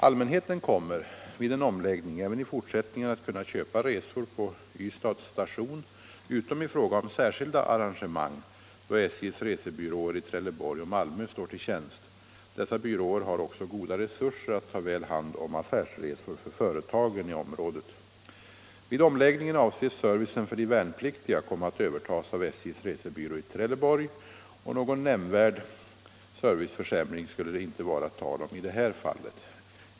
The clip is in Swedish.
Allmänheten kommer vid en omläggning även i fortsättningen att kunna köpa resor på Ystads station utom i fråga om särskilda arrangemang, då SJ:s resebyråer i Trelleborg och Malmö står till tjänst. Dessa byråer har också goda resurser att ta väl hand om affärsresor för företagen i området. Vid omläggningen avses servicen för de värnpliktiga komma att övertas av SJ:s resebyrå i Trelleborg, och någon nämnvärd serviceförsämring skulle det inte vara tal om i det här fallet.